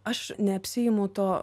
aš neapsiimu to